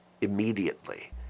immediately